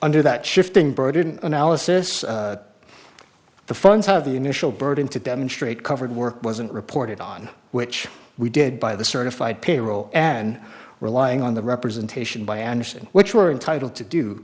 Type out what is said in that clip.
under that shifting burden analysis the funds have the initial burden to demonstrate covered work wasn't reported on which we did by the certified payroll and relying on the representation by andersen which were entitled to do